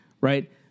right